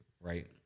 right